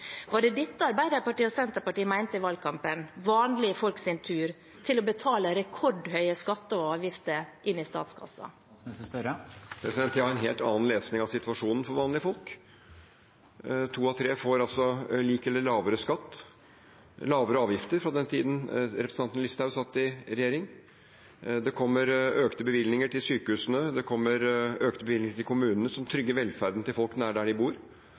Var det dette Arbeiderpartiet og Senterpartiet mente i valgkampen – vanlige folk sin tur til å betale rekordhøye skatter og avgifter inn i statskassen? Jeg har en helt annen lesning av situasjonen for vanlige folk. To av tre får altså lik eller lavere skatt og lavere avgifter sammenlignet med den tiden representanten Listhaug satt i regjering. Det kommer økte bevilgninger til sykehusene, det kommer økte bevilgninger til kommunene, som trygger velferden til folk nær der de bor.